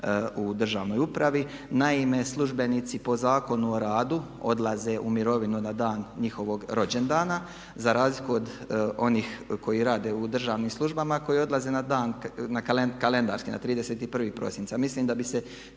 u državnoj upravi. Naime, službenici po Zakonu o radu odlaze u mirovinu na dan njihovog rođendana, za razliku od onih koji rade u državnim službama koji odlaze kalendarski na 31. prosinca. Mislim da bi se